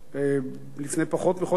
לפני פחות מחודש,